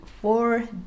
four